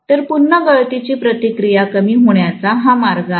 तर पुन्हा गळतीची प्रतिक्रिया कमी होण्याचा हा एक मार्ग आहे